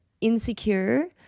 insecure